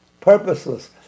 purposeless